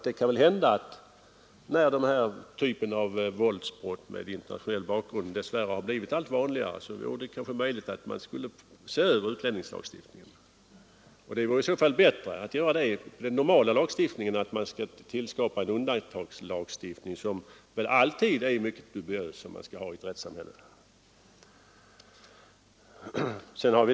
Det kan ju hända att när den här typen av våldsbrott med internationell bakgrund dess värre blivit allt vanligare borde man se över utlänningslagstiftningen. Det vore bättre att man gjorde det och alltså såg över den normala lagstiftningen än att man skapar en undantagslagstiftning, som väl alltid måste framstå som dubiös i ett rättssamhälle.